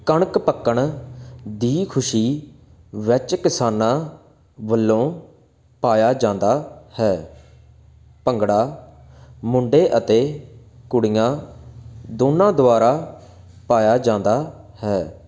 ਕਣਕ ਪੱਕਣ ਦੀ ਖੁਸ਼ੀ ਵਿੱਚ ਕਿਸਾਨਾਂ ਵੱਲੋਂ ਪਾਇਆ ਜਾਂਦਾ ਹੈ ਭੰਗੜਾ ਮੁੰਡੇ ਅਤੇ ਕੁੜੀਆਂ ਦੋਨਾਂ ਦੁਆਰਾ ਪਾਇਆ ਜਾਂਦਾ ਹੈ